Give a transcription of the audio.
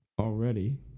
already